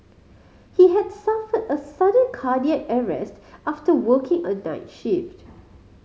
he had suffered a sudden cardiac arrest after working a night shift